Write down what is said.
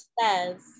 says